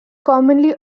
commonly